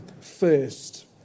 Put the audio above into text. first